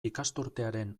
ikasturtearen